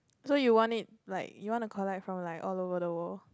so you want it like you want to collect from like all over the world